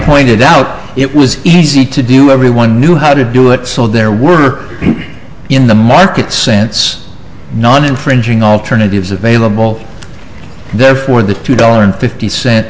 pointed out it was easy to do everyone knew how to do it so there were in the market sense non infringing alternatives available therefore the two dollar and fifty cent